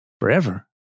forever